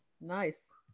Nice